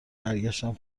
برگشتم